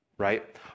right